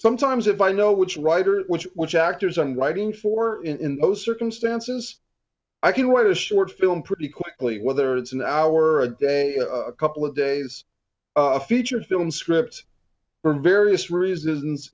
sometimes if i know which writer which which actors i'm writing for in those circumstances i can write a short film pretty quickly whether it's an hour a day a couple of days a feature film scripts were various reasons